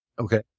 okay